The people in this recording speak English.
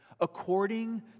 according